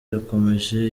irakomeje